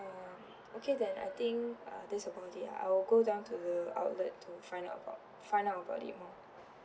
uh okay then I think uh that's about it I'll go down to the outlet to find out about find out about it more